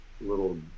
Little